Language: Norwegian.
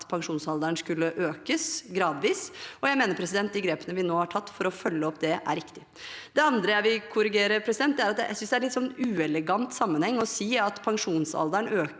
pensjons alderen skulle økes gradvis, og jeg mener de grepene vi nå har tatt for å følge opp det, er riktige. Det andre jeg vil korrigere, er: Jeg synes det er litt uelegant i sammenhengen å si at pensjonsalderen økes